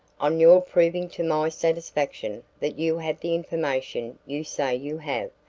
on your proving to my satisfaction that you have the information you say you have.